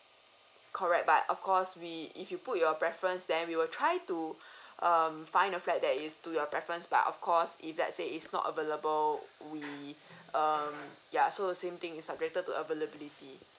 correct but of course we if you put your preferences then we will try to um find a flat that is to your preference but of course if let's say it's not available we um ya so same thing is subjected to availability